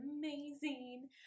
amazing